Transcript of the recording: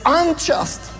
unjust